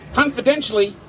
confidentially